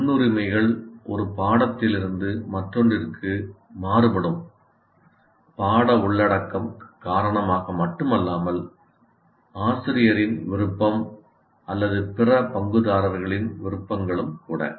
முன்னுரிமைகள் ஒரு பாடத்திட்டத்திலிருந்து மற்றொன்றுக்கு மாறுபடும் பாட உள்ளடக்கம் காரணமாக மட்டுமல்லாமல் ஆசிரியரின் விருப்பம் அல்லது பிற பங்குதாரர்களின் விருப்பங்களும் கூட